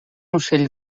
ocell